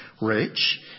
rich